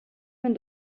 mijn